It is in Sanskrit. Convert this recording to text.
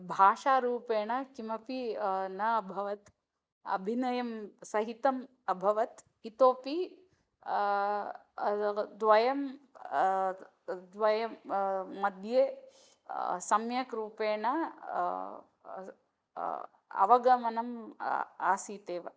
भाषारूपेण किमपि न अभवत् अभिनयं सहितम् अभवत् इतोऽपि द्वयं द्वयम्मध्ये सम्यक्रूपेण अवगमनम् आसीतेव